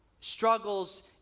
struggles